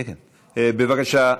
בבקשה,